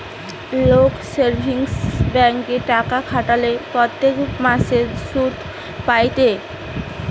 লোক সেভিংস ব্যাঙ্কে টাকা খাটালে প্রত্যেক মাসে সুধ পায়েটে